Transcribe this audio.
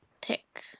pick